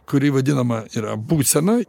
kuri vadinama yra būsena